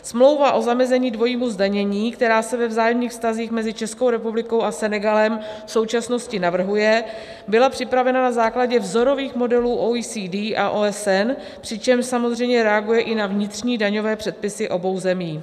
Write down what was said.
Smlouva o zamezení dvojímu zdanění, která se ve vzájemných vztazích mezi Českou republikou a Senegalem v současnosti navrhuje, byla připravena na základě vzorových modelů OECD a OSN, přičemž samozřejmě reaguje i na vnitřní daňové předpisy obou zemí.